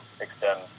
extend